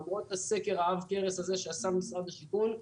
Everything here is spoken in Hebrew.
למרות הסקר עב הכרס הזה שעשה משרד השיכון,